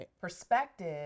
perspective